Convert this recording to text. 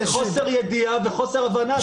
אתם מדברים בחוסר ידיעה ובחוסר הבנה.